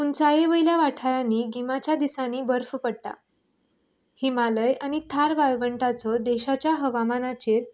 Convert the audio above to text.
उंचाये वयल्या वाठारांनी गिमाच्या दिसांनी बर्फ पडटा हिमालय आनी थार वाळवंटाचो देशाच्या हवामानाचेर